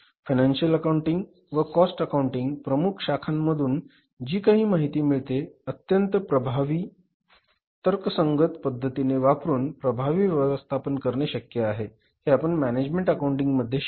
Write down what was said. financial accounting व cost accounting प्रमुख शाखांमधून जी काही माहिती मिळते अत्यंत प्रभावी तर्कसंगत पद्धतीने वापरून प्रभावी व्यवस्थापन करणे शक्य आहे हे आपण मॅनेजमेंट अकाउंटिंग मध्ये शिकू